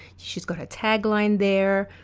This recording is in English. she's got a tagline there,